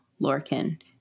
Lorcan